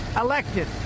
elected